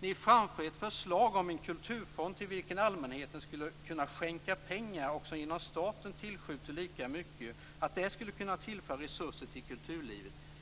Ni framför ett förslag om en kulturfond till vilken allmänheten skulle kunna skänka pengar och som genom att staten tillskjuter lika mycket skulle kunna tillföra resurser till kulturlivet.